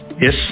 Yes